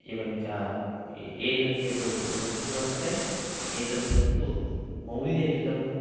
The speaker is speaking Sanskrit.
एवं च एतत् यत् वस्तु वर्तते एतद् वस्तु मौल्ययुतम्